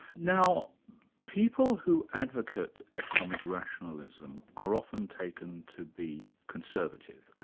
now people who advocate economic rationalism, are often taken to be conservative,